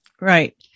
Right